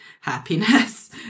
happiness